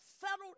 settled